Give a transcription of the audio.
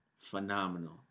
phenomenal